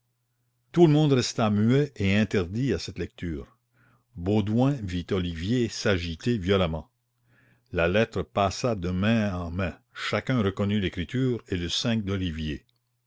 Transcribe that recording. tout le monde resta muet et interdit à cette lecture baudouin vit olivier s'agiter violemment la lettre passa de main en main chacun reconnut l'écriture et le seing d'olivier